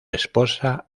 esposa